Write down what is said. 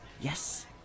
Yes